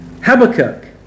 Habakkuk